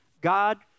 God